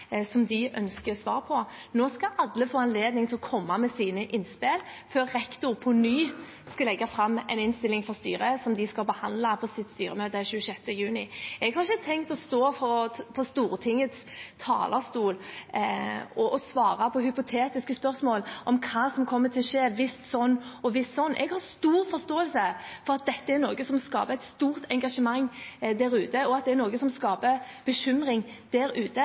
som de ønsker svar på. Nå skal alle få anledning til å komme med sine innspill før rektor på ny skal legge fram en innstilling for styret, som de skal behandle på sitt styremøte 26. juni. Jeg har ikke tenkt å stå på Stortingets talerstol og svare på hypotetiske spørsmål om hva som kommer til å skje hvis sånn eller slik. Jeg har stor forståelse for at dette er noe som skaper et stort engasjement der ute, og at det er noe som skaper bekymring der ute.